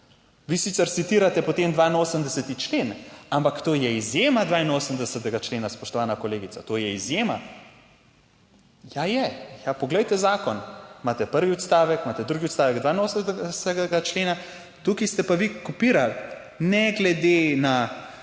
Vi sicer citirate potem 82. člen, ampak to je izjema 82. člena, spoštovana kolegica, to je izjema. Ja, je. Ja, poglejte zakon. Imate prvi odstavek, imate drugi odstavek 82. člena, tukaj ste pa vi kopirali, ne glede na,